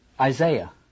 Isaiah